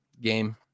game